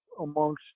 amongst